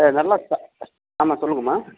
சரி நல்லா ஆமாம் சொல்லுங்கம்மா